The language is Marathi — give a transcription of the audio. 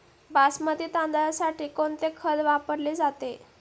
बासमती तांदळासाठी कोणते खत वापरले जाते?